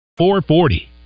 440